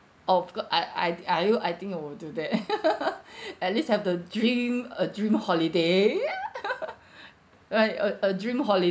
oh becau~ I I I were you I think I'll do that at least have the dream a dream holiday ya right a a dream holiday